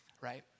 right